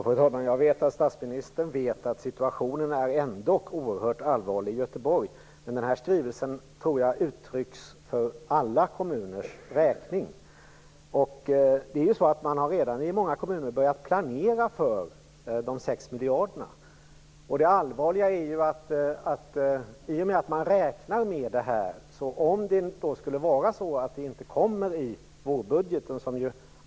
Fru talman! Jag vet att statsministern vet att situationen ändock är oerhört allvarlig i Göteborg. Denna skrivelse tror jag uttrycker alla kommuners åsikt. Man har redan i många kommuner börjat planera för de 6 miljarderna. I och med att man räknar med pengarna är det allvarligt om de inte kommer i vårbudgeten.